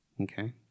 Okay